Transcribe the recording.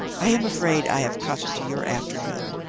i am afraid i have cut into your afternoon,